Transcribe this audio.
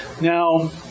Now